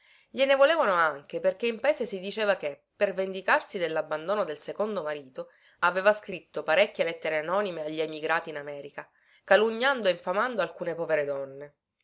gliene volevano anche perché in paese si diceva che per vendicarsi dellabbandono del secondo marito aveva scritto parecchie lettere anonime agli emigrati in america calunniando e infamando alcune povere donne